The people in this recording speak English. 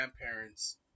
grandparents